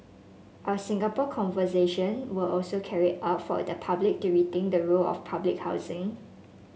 our Singapore Conversation were also carried out for the public to rethink the role of public housing